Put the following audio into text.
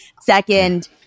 Second